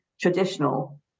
traditional